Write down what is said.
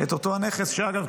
אגב,